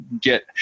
get